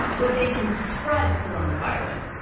but they can spread corona virus.